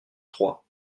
trois